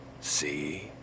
See